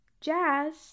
Jazz